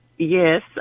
Yes